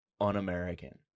un-American